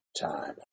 time